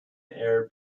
air